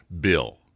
Bill